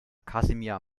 kasimir